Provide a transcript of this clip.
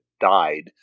died